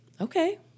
okay